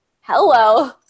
hello